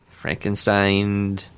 Frankenstein